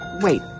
wait